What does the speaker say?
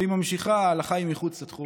והיא ממשיכה, "ההלכה היא מחוץ לתחום".